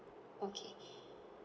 okay